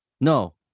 No